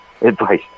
advice